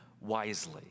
wisely